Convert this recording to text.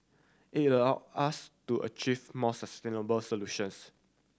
it allow us to achieve more sustainable solutions